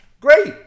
Great